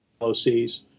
LOCs